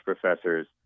professors